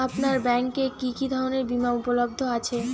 আপনার ব্যাঙ্ক এ কি কি ধরনের বিমা উপলব্ধ আছে?